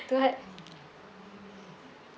two hundred